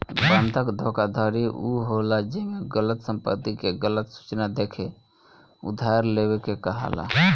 बंधक धोखाधड़ी उ होला जेमे गलत संपत्ति के गलत सूचना देके उधार लेवे के कहाला